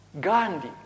Gandhi